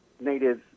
Native